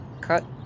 cut